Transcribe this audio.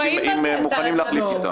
אם מוכנים להחליף איתה.